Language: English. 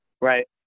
right